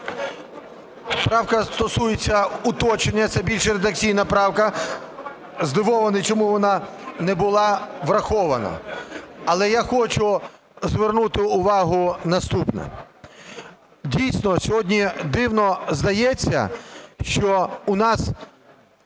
Правка стосується уточнення, це більш редакційна правка. Здивований, чому вона не була врахована. Але я хочу звернути увагу на наступне. Дійсно, сьогодні дивно здається, що у нас